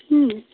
ᱦᱩᱸ